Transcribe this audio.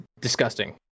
disgusting